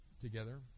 together